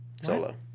Solo